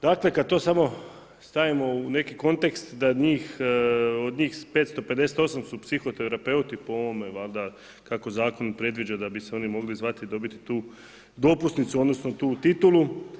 Dakle, kad to samo stavimo u neki kontekst da njih od njih 558 su psihoterapeuti po ovome valjda kako zakon predviđa da bi se oni mogli zvati i dobiti tu dopusnicu odnosno tu titulu.